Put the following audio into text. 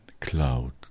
cloud